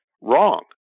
wrong